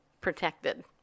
protected